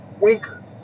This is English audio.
Winker